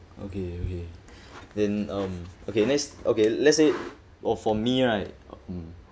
okay okay then um okay let's okay let's say or for me right mm